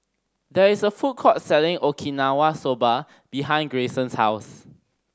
there is a food court selling Okinawa Soba behind Grayson's house